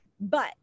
but-